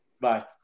bye